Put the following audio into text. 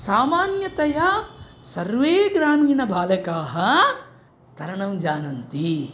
सामान्यतया सर्वे ग्रामीणबालकाः तरणं जानन्ति